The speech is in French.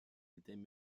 étaient